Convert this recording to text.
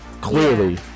clearly